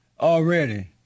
already